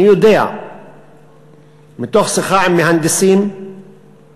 אני יודע מתוך שיחה עם מהנדסים במחוז,